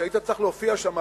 היית צריך להופיע שם,